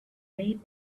made